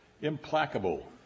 implacable